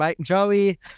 Joey